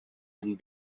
and